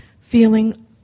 feeling